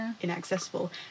inaccessible